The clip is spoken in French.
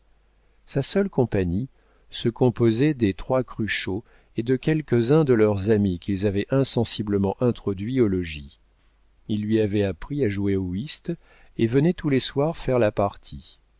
sa seule compagnie se composait des trois cruchot et de quelques-uns de leurs amis qu'ils avaient insensiblement introduits au logis ils lui avaient appris à jouer au whist et venaient tous les soirs faire la partie